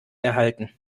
erhalten